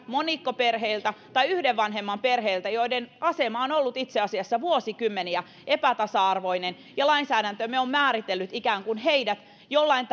monikkoperheiltä tai yhden vanhemman perheiltä joiden asema on ollut itse asiassa vuosikymmeniä epätasa arvoinen ja jotka lainsäädäntömme on määritellyt ikään kuin jollain